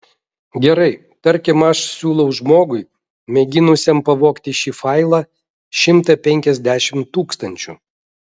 gerai tarkim aš siūlau žmogui mėginusiam pavogti šį failą šimtą penkiasdešimt tūkstančių